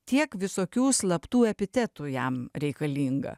tiek visokių slaptų epitetų jam reikalinga